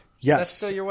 Yes